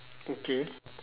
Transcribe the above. okay